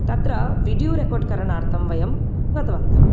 तत्र video record करणार्थं वयं गतवन्तः